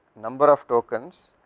number of tokens